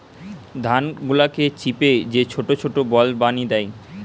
ধান গুলাকে চিপে যে ছোট ছোট বল বানি দ্যায়